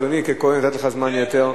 אדוני, ככוהן נתתי לך זמן יתר,